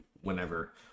whenever